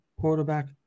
quarterback